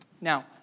now